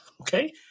Okay